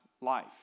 life